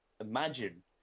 imagine